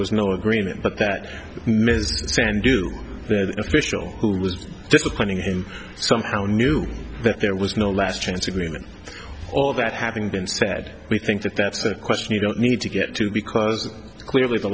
was no agreement but that ms sandu the official who was disciplining him somehow knew that there was no last chance agreement or that having been said we think that's a question you don't need to get to because clearly the